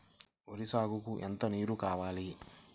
వరి సాగుకు ఎంత నీరు కావాలి?